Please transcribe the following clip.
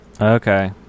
Okay